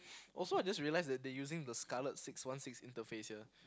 also I just realized that they using the Scarlet six one six interface here